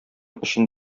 өчен